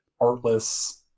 artless